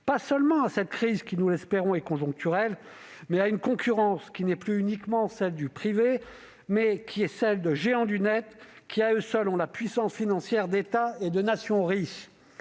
non seulement à cette crise, qui- nous l'espérons -est conjoncturelle, mais à une concurrence qui est non plus uniquement celle du privé, mais celle de géants du net. À eux seuls, ces derniers ont la puissance financière d'États et de nations riches.